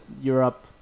Europe